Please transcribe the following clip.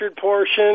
portion